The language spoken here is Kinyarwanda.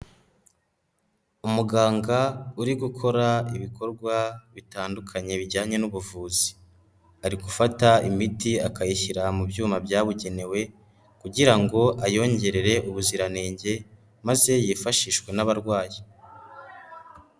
Umuganga uri gukora ibikorwa bitandukanye bijyanye n'ubuvuzi, ari gufata imiti akayishyira mu byuma byabugenewe kugira ngo ayongerere ubuziranenge maze yifashishwe n'abarwayi.